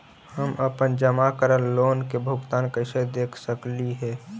हम अपन जमा करल लोन के भुगतान कैसे देख सकली हे?